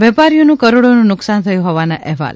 વેપારીઓનું કરોડોનું નુકસાન થયું હોવાના અહેવાલ